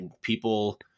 people